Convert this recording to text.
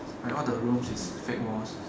like all the rooms is fake walls